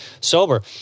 sober